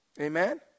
Amen